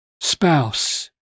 spouse